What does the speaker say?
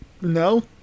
No